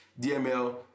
DML